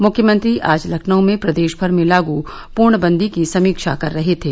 मुख्यमंत्री आज लखनऊ में प्रदेशभर में लागू पूर्णबंदी की समीक्षा कर रहे थे